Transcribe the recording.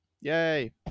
yay